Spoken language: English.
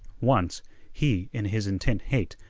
once he, in his intent hate,